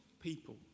people